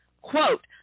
quote